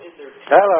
Hello